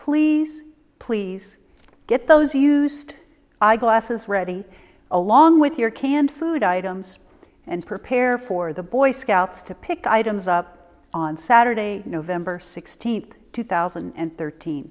please please get those used eyeglasses reading along with your canned food items and prepare for the boy scouts to pick items up on saturday november sixteenth two thousand and thirteen